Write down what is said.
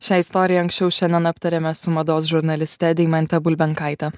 šią istoriją anksčiau šiandien aptarėme su mados žurnaliste deimante bulbenkaite